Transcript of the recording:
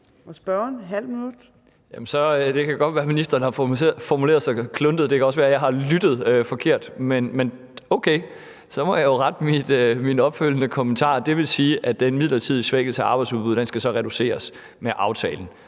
det godt være, at ministeren har formuleret sig kluntet; det kan også være, at jeg har lyttet forkert – men okay, så må jeg jo rette min opfølgende kommentar. Det vil sige, at den midlertidige svækkelse af arbejdsudbuddet så skal reduceres med aftalen.